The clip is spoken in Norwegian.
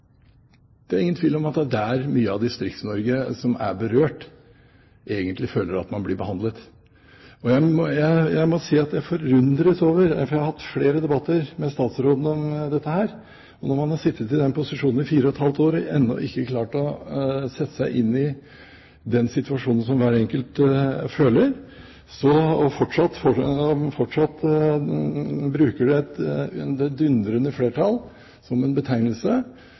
Det er ingen tvil om at det er slik mange berørte i Distrikts-Norge egentlig føler at man blir behandlet. Jeg må si at jeg forundres. Jeg har hatt flere debatter med statsråden om dette her, og når man har sittet i den posisjonen i fire og et halvt år og ennå ikke klart å sette seg inn i det som hver enkelt føler, og fortsatt bruker det «dundrende flertall» som en betegnelse,